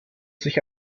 sich